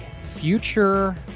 future